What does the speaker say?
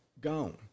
gone